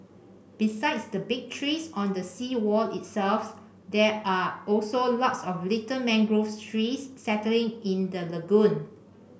besides the big trees on the seawall itself there are also lots of little mangrove trees settling in the lagoon